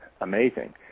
amazing